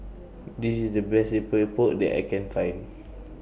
This IS The Best Epok Epok that I Can Find